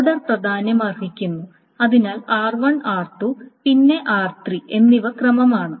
order പ്രാധാന്യമർഹിക്കുന്നു അതിനാൽ r1 r2 പിന്നെ r3 എന്നിവ ക്രമമാണ്